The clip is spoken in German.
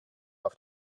auf